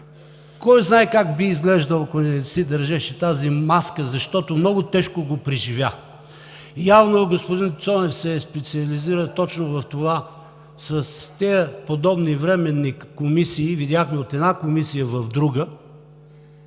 Кой знае как би изглеждал, ако не си държеше тази маска, защото много тежко го преживя. Явно господин Цонев се е специализирал точно в това, с тези подобни временни комисии – видяхме, от една комисия в друга